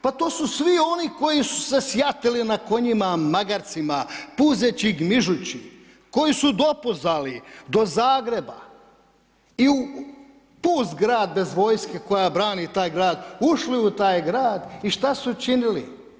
Pa to su svi oni koji su se sjatili na konjima, magarcima, puzeći, gmižući, koji su dopuzali do Zagreba i u pust grad bez vojske koja brani taj grad, ušli u taj grad i šta su činili?